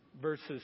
verses